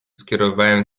skierowałem